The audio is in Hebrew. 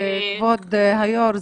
כבוד היו"ר,